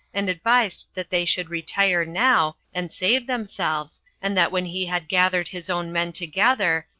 and advised that they should retire now, and save themselves and that when he had gathered his own men together,